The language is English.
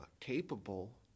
capable